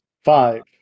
Five